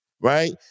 right